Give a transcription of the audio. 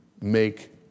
make